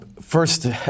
first